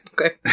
Okay